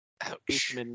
Ouch